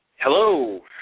Hello